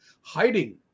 hiding